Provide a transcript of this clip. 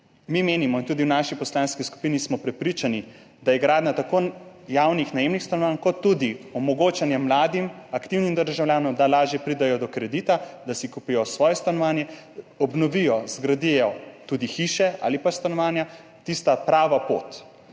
Slovenije. Tudi v naši poslanski skupini smo prepričani, da je gradnja tako javnih najemnih stanovanj kot tudi omogočanje mladim, aktivnim državljanom, da lažje pridejo do kredita, da si kupijo svoje stanovanje, obnovijo, zgradijo tudi hiše ali pa stanovanja, tista prava pot.